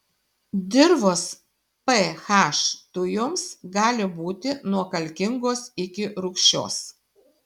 dirvos ph tujoms gali būti nuo kalkingos iki rūgščios